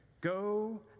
go